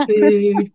food